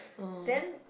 then